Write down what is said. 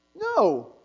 No